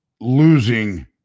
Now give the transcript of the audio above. losing